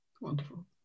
Wonderful